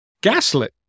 gaslit